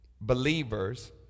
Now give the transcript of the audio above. believers